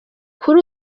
kuri